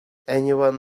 anyone